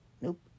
nope